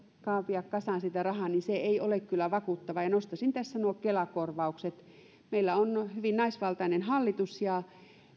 kaapia kasaan sitä rahaa niin se ei ole kyllä vakuuttavaa nostaisin tässä nuo kela korvaukset meillä on hyvin naisvaltainen hallitus ja